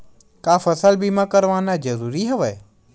का फसल बीमा करवाना ज़रूरी हवय?